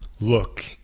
look